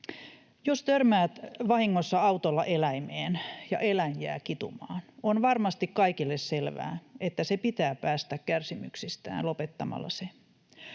Jos törmää vahingossa autolla eläimeen ja eläin jää kitumaan, on varmasti kaikille selvää, että se pitää päästää kärsimyksistään lopettamalla se.